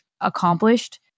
accomplished